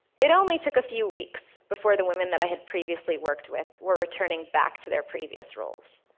it only took a few weeks before the women that i had previously worked with were returning back to their previous roles,